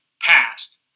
past